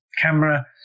camera